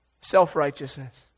self-righteousness